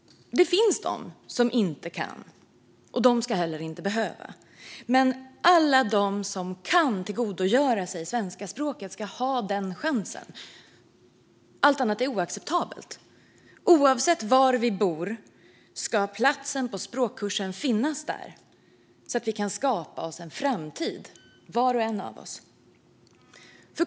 Det finns de som inte kan, och de ska inte heller behöva. Men alla de som kan tillgodogöra sig svenska språket ska ha den chansen. Allt annat är oacceptabelt. Oavsett var vi bor ska platsen på språkkursen finnas där så att vi kan skapa oss en framtid.